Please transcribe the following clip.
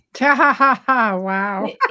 Wow